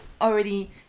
already